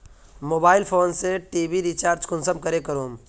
Mobile phone से TV recharge कुंसम करे करूम?